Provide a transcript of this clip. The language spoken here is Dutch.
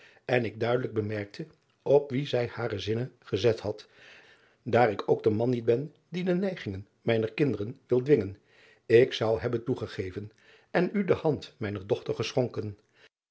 en ik duidelijk bemerkte op wien zij hare zinnen gezet had daar ik ook de man niet ben die de neigingen mijner kinderen wil dwingen ik zou hebben toegegeven en u de hand mijner dochter geschonken